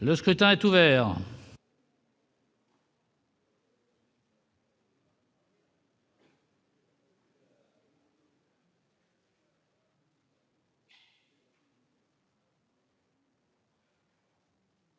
Le scrutin est ouvert.